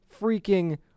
freaking